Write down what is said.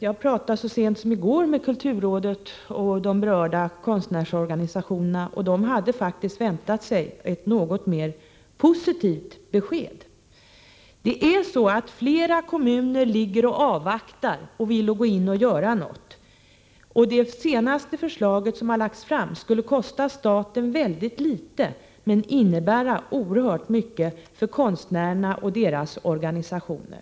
Jag talade så sent som i går med representanter för kulturrådet och de berörda konstnärsorganisationerna, och de hade faktiskt väntat sig ett mera positivt besked. Flera kommuner ligger och avvaktar och vill gå in och göra någonting. Det senaste förslaget som lagts fram skulle kosta staten väldigt litet att genomföra, men innebära oerhört mycket för konstnärerna och deras organisationer.